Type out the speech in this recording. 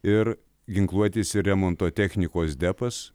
ir ginkluotės ir remonto technikos depas